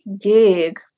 gig